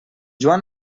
joan